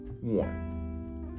One